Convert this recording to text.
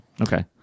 Okay